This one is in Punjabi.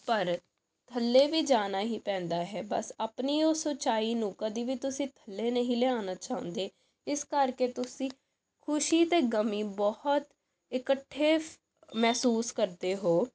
ਪਰ ਥੱਲੇ ਵੀ ਜਾਣਾ ਹੀ ਪੈਂਦਾ ਹੈ ਬਸ ਆਪਣੀ ਉਸ ਉੱਚਾਈ ਨੂੰ ਕਦੇ ਵੀ ਤੁਸੀਂ ਥੱਲੇ ਨਹੀਂ ਲਿਆਉਣਾ ਚਾਹੁੰਦੇ ਇਸ ਕਰਕੇ ਤੁਸੀਂ ਖੁਸ਼ੀ ਅਤੇ ਗਮੀ ਬਹੁਤ ਇਕੱਠੇ ਮਹਿਸੂਸ ਕਰਦੇ ਹੋ